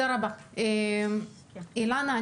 אילנה,